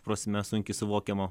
prasme sunkiai suvokiama